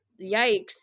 yikes